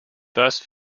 thus